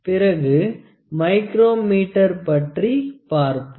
பிறகு மைக்ரோமீட்டர் பற்றி பார்ப்போம்